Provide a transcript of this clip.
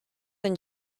than